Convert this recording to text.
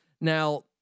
Now